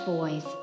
Boys